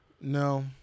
No